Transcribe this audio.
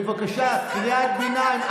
בבקשה, קריאת ביניים.